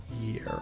year